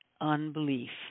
unbelief